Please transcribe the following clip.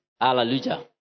Hallelujah